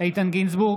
איתן גינזבורג,